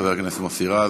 חבר הכנסת מוסי רז,